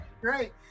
great